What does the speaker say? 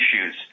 issues